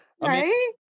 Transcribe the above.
Right